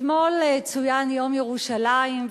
אתמול צוין יום ירושלים,